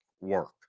work